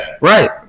right